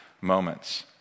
moments